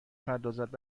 پردازد